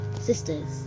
Sisters